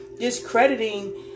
discrediting